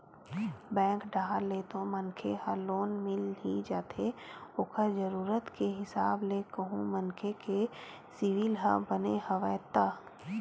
bank डाहर ले तो मनखे ल लोन मिल ही जाथे ओखर जरुरत के हिसाब ले कहूं मनखे के सिविल ह बने हवय ता